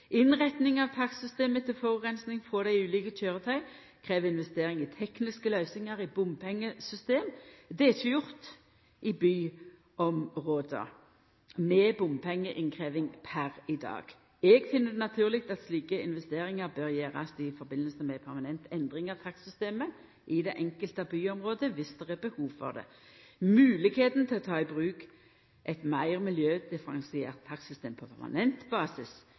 av takstsystem etter forureining frå dei ulike køyretøya krev investering i tekniske løysingar i bompengesystem. Det er ikkje gjort i byområda med bompengeinnkrevjing per i dag. Eg finn det naturleg at slike investeringar bør gjerast i samband med ei permanent endring av takstsystemet i det enkelte byområdet viss det er behov for det. Moglegheita til å ta i bruk eit meir miljødifferensiert takstsystem på permanent basis